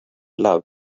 love